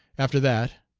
after that,